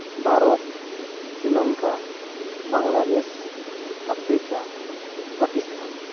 Bharat Sri Lanka Bangladesh Africa Pakistan